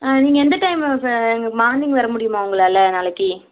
ஆ நீங்கள் எந்த time morning வர முடியுமா உங்களால் நாளைக்கு